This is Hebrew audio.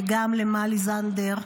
וגם למלי זנדר,